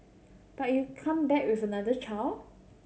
but you come back with another child